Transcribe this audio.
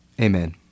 Amen